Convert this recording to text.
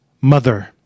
Mother